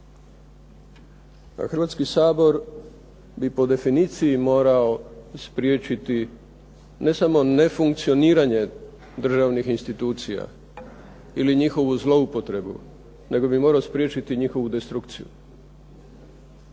A HRvatski sabor bi po definiciji morao spriječiti ne samo nefunkcioniranje državnih institucija ili njihovu zloupotrebu, nego bi morao spriječiti njihovu destrukciju.